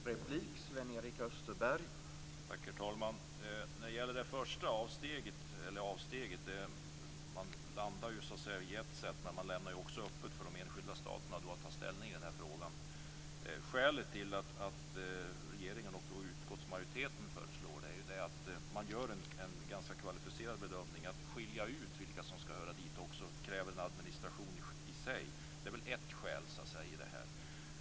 Herr talman! När det gäller avsteget från direktivet skulle jag vilja säga att man landar i jetset men lämnar också öppet för de enskilda staterna att ta ställning i denna fråga. Skälet till att regeringen och utskottsmajoriteten föreslår detta är man gör en ganska kvalificerad bedömning för att skilja ut vilka som skall höra dit. Det kräver administration i sig. Det är ett skäl.